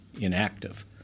inactive